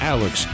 Alex